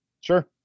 sure